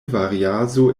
variaso